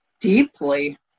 deeply